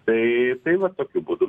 tai tai va tokiu būdu